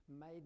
made